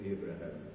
Abraham